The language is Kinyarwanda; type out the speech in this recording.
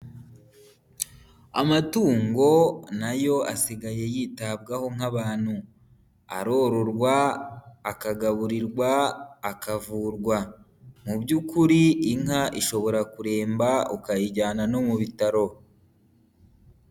Amatungo nayo asigaye yitabwaho nk'abantu, arororwa akagaburirwa, akavurwa. Mu by'ukuri inka ishobora kuremba ukayijyana no mu bitaro.